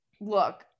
look